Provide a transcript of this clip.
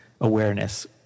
awareness